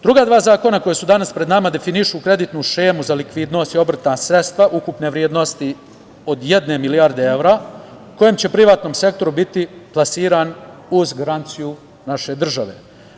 Druga dva zakona koja su danas pred nama definišu kreditnu šemu za likvidnost i obrtna sredstva, ukupne vrednosti od jedne milijarde evra, koja će privatnom sektoru biti plasiran uz garanciju naše države.